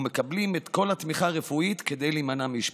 ומקבלים את כל התמיכה הרפואית כדי להימנע מאשפוז.